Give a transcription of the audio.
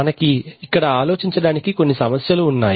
మనకి ఇక్కడ ఆలోచించడానికి కొన్ని సమస్యలు ఉన్నాయి